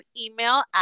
email